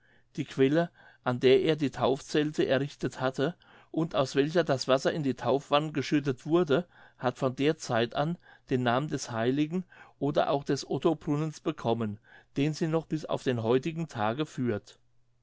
die quelle an der er die taufzelte errichtet hatte und aus welcher das wasser in die taufwannen geschüttet wurde hat von der zeit an den namen des heiligen oder auch des otto brunnens bekommen den sie noch bis auf den heutigen tag führt